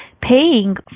paying